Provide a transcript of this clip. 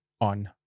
on